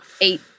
eight